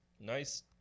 Nice